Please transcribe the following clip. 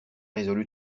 résolu